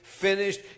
Finished